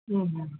ம் ம்